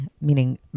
meaning